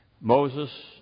Moses